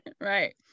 right